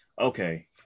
okay